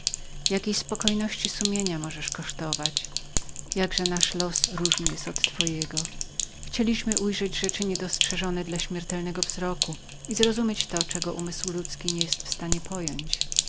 uczynkami jakiej spokojności sumienia możesz kosztować jakże nasz los różnym jest od twojego chcieliśmy ujrzeć rzeczy niedostrzeżone dla śmiertelnego wzroku i zrozumieć to czego umysł ludzki nie jest w stanie pojąć